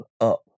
up